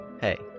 Hey